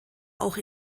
auch